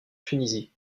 tunisie